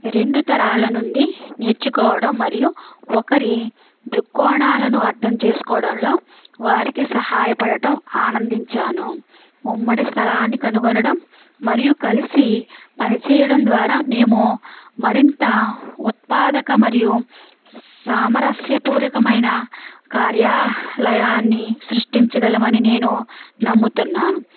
రెండు తరాల నుండి నేర్చుకోవడం మరియు ఒకరి దృక్కోణాలను అర్థం చేసుకోవడంలో వారికి సహాయ పడటం ఆనందించాను ఉమ్మడి స్థలాన్ని కనుగొనడం మరియు కలిసి పనిచేయడం ద్వారా మేము మరింత ఉత్పాదక మరియు సామరస్య పూర్వకమైన కార్యాలయాన్ని సృష్టించగలమని నేను నమ్ముతున్నాను